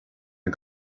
the